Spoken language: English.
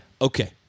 Okay